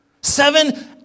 Seven